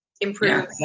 improve